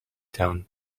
town